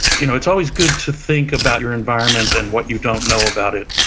you know it's always good to think about your environment and what you don't know about it.